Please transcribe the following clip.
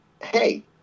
hey